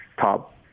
top